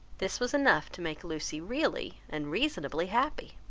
this was enough to make lucy really and reasonably happy.